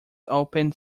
opened